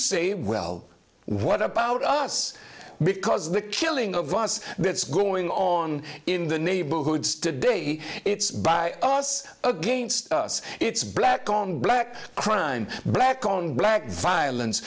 say well what about us because the killing of us that's going on in the neighborhoods today it's by us against us it's black on black crime black on black violence